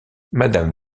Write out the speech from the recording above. madame